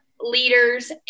leaders